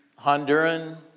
Honduran